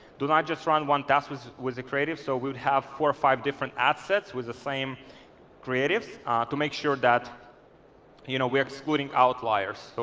do not just run one task with the creative. so we would have four or five different ad sets with the same creatives to make sure that you know we're excluding outliers, so